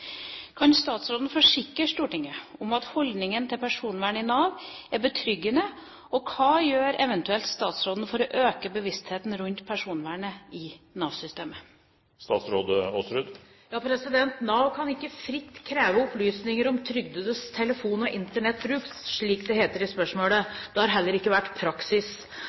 Kan statsråden forsikre Stortinget om at holdninger til personvern i Nav er betryggende, og hva gjør eventuelt statsråden for å øke bevisstheten rundt personvern i Nav-systemet?» Nav kan ikke «fritt kreve opplysninger om trygdedes telefon- eller internettbruk», slik det heter i spørsmålet. Det har heller ikke vært praksis.